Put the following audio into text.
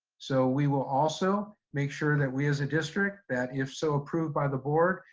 so we will also make sure that we as a district, that if so approved by the board,